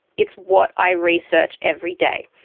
it's what i research every day,